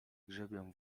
grzebią